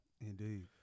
Indeed